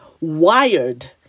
wired